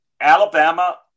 Alabama